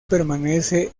permanece